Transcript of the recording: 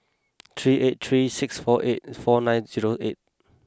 three eight three six four eight four nine zero eight